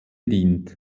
dient